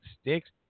sticks